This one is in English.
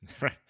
Right